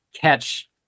catch